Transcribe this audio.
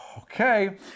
Okay